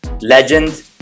legend